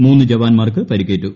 മൂന്ന് ജവാന്മാർക്ക് പരിക്കേറ്റു